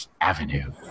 Avenue